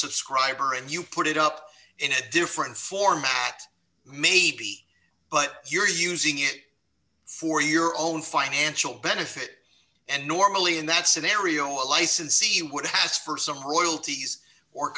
subscriber and you put it up in a different format maybe but you're using it for your own financial benefit and normally in that scenario a licensee would ask for some royalties or